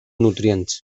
nutrients